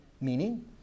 meaning